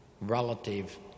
relative